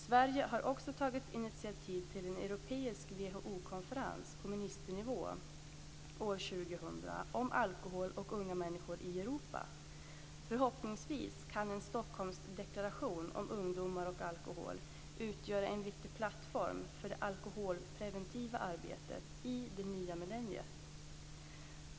Sverige har också tagit initiativ till en europeisk WHO-konferens på ministernivå år 2000 om alkohol och unga människor i Europa. Förhoppningsvis kan en Stockholmsdeklaration om ungdomar och alkohol utgöra en viktig plattform för det alkoholpreventiva arbetet i det nya millenniet.